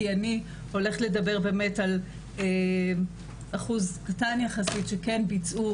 כי אני הולכת לדבר על אחוז קטן יחסית שכן ביצעו